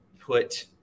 put